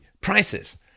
prices